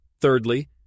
Thirdly